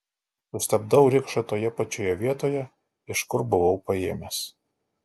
sustabdau rikšą toje pačioje vietoje iš kur buvau paėmęs